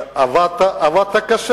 ועבדת קשה.